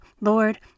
Lord